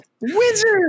wizard